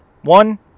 One